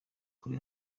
kuri